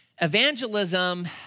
evangelism